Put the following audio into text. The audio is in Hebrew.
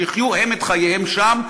שיחיו הם את חייהם שם.